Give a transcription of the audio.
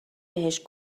بهش